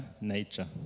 nature